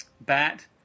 bat